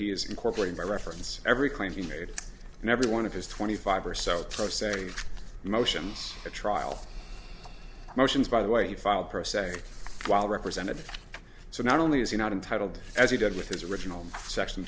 he is incorporated by reference every claim he made and every one of his twenty five or so pro se motions to trial motions by the way he filed pro se while represented so not only is he not entitled as he did with his original section